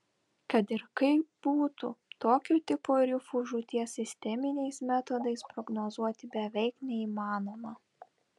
kad ir kaip būtų tokio tipo rifų žūties sisteminiais metodais prognozuoti beveik neįmanoma